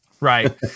right